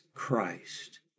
Christ